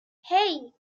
hey